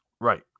Right